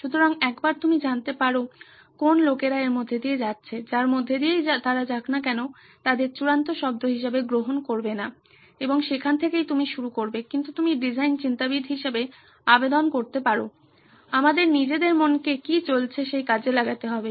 সুতরাং একবার তুমি জানতে পারো কোন লোকেরা এর মধ্যে দিয়ে যাচ্ছে যার মধ্য দিয়েই তারা যাক না কেনো তাদের চূড়ান্ত শব্দ হিসেবে গ্রহণ করবে না এবং সেখান থেকেই তুমি শুরু করবে কিন্তু তুমি ডিজাইন চিন্তাবিদ হিসাবে আবেদন করতে পারো আমাদের নিজেদের মনকে কি চলছে সেই কাজে লাগাতে হবে